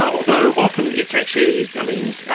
ah although often it's actually, i mean,